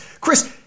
Chris